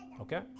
okay